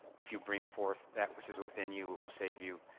if you bring forth that which is within you, it will save you.